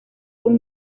con